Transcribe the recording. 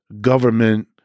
government